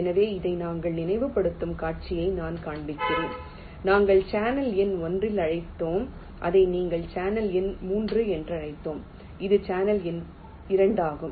எனவே இதை நாங்கள் நினைவுபடுத்தும் காட்சியை நான் காண்பிக்கிறேன் நாங்கள் சேனல் எண் 1 இல் அழைத்தோம் இதை நாங்கள் சேனல் எண் 3 என்று அழைத்தோம் இது சேனல் எண் 2 ஆகும்